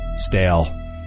stale